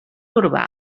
urbà